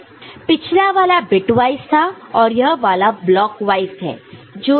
पिछला वाला बिटवाइस था और यह वाला ब्लॉकवाईस है जो इसका डिफरेंस है